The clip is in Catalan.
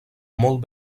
molt